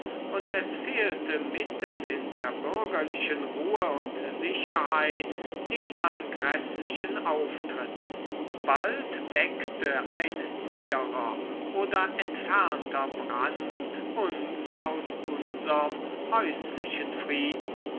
und es fehlte mitten in der bürgerlichen ruhe und sicherheit nicht an gräßlichen auftritten bald weckte ein näherer oder entfernter brand uns aus unserm häuslichen frieden